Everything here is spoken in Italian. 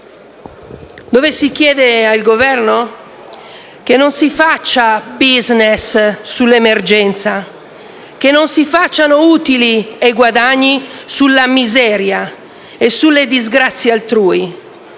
cui si chiede al Governo che non si faccia *business* sull'emergenza; che non si facciano utili e guadagni sulla miseria e sulle disgrazie altrui;